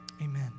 amen